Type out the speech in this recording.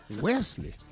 Wesley